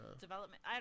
development